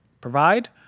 provide